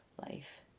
life